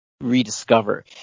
rediscover